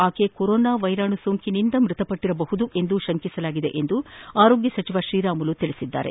ಆಕೆ ಕೊರೋನಾ ವೈರಾಣು ಸೋಂಕಿನಿಂದ ಮೃತಪಟ್ಟರಬಹುದು ಎಂದು ಶಂಕಿಸಲಾಗಿದೆ ಎಂದು ಆರೋಗ್ಟ ಸಚಿವ ಶ್ರೀರಾಮುಲು ತಿಳಿಸಿದ್ದಾರೆ